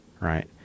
right